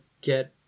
get